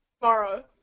tomorrow